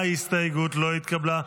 ההסתייגות לא התקבלה.